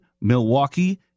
Milwaukee